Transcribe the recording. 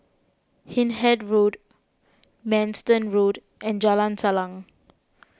Hindhede Road Manston Road and Jalan Salang